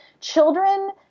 children